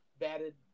batted